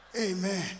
Amen